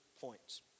points